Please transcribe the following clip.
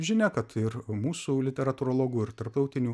žinia kad ir mūsų literatūrologų ir tarptautinių